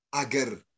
Agar